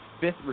fifth